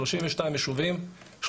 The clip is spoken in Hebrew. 32 יישובים,